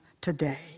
today